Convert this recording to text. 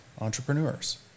entrepreneurs